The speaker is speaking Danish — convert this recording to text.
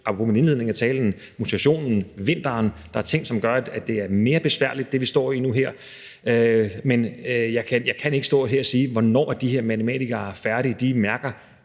apropos min indledning i talen. Der er mutationen og vinteren. Der er ting, som gør, at det, vi står i nu her, er mere besværligt. Men jeg kan ikke stå her og sige, hvornår de her matematikere er færdige. De mærker